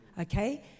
okay